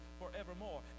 forevermore